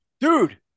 dude